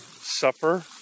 suffer